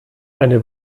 eine